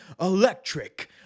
electric